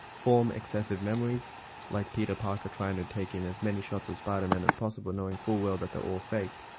form excessive memories like peter parker trying to take in as many shots of spiderman as possible knowing full well that they're all faked.